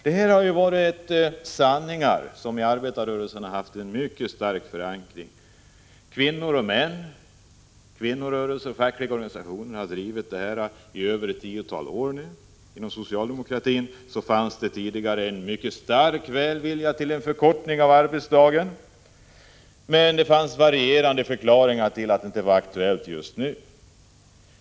Detta är grundläggande krav, som haft en mycket stark förankring i arbetarrörelsen. Kvinnorörelsen och de fackliga organisationerna har drivit dem under mer än tio år. Inom socialdemokratin fanns det tidigare en mycket stark vilja att förkorta arbetsdagen, men med varierande förklaringar har man skjutit på frågan och sagt att den inte var aktuell just för tillfället.